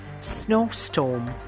Snowstorm